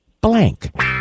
blank